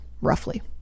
roughly